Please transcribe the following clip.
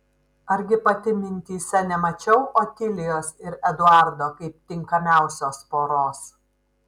argi pati mintyse nemačiau otilijos ir eduardo kaip tinkamiausios poros